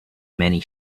many